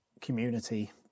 community